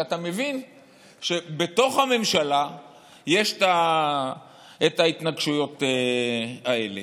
ואתה מבין שבתוך הממשלה יש את ההתנגשויות האלה.